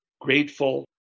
grateful